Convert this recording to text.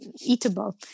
eatable